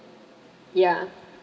ya